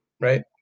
right